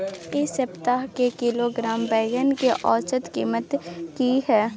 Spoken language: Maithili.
ऐ सप्ताह एक किलोग्राम बैंगन के औसत कीमत कि हय?